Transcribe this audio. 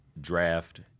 draft